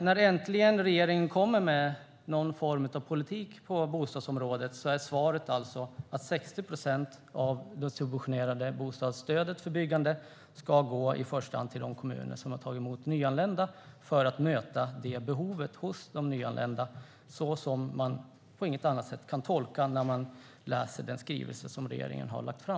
När regeringen nu äntligen kommer med någon form av politik på bostadsområdet är svaret alltså att 60 procent av det subventionerade bostadsstödet för byggande i första hand ska gå till de kommuner som har tagit emot nyanlända, för att möta behovet hos de nyanlända. Man kan inte tolka det på något annat sätt när man läser den skrivelse regeringen har lagt fram.